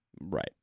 Right